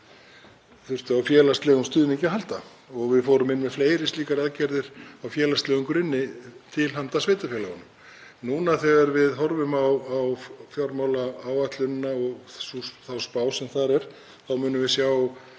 þurfa á félagslegum stuðningi að halda. Við komum með fleiri slíkar aðgerðir á félagslegum grunni til handa sveitarfélögunum. Núna þegar við horfum á fjármálaáætlunina og þá spá sem þar er þá sjáum við að